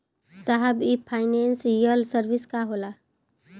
साहब इ financial service का होला?